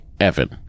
Evan